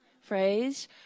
phrase